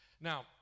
Now